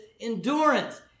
endurance